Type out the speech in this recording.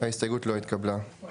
0 ההסתייגות לא התקבלה.